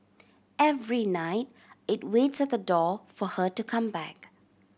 every night it waits at the door for her to come back